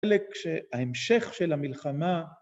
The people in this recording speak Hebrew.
‫חלק שההמשך של המלחמה...